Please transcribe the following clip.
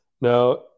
Now